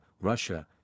Russia